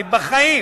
אני בחיים